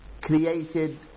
created